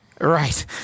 right